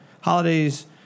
Holidays